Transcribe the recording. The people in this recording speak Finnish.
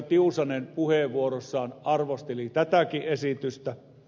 tiusanen puheenvuorossaan arvosteli tätäkin esitystä